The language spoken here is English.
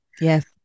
Yes